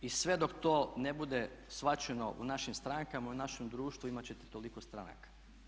I sve dok to ne bude shvaćeno u našim strankama i u našem društvu imati ćete toliko stranaka.